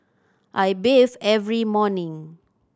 I bathe every morning